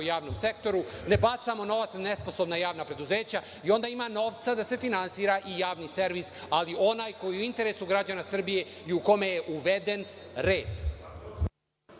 javnom sektoru. Ne bacamo novac na nesposobna javna preduzeća i onda ima novca da se finansira i javni servis, ali onaj koji je u interesu građana Srbije i u kome je uveden red.